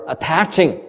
Attaching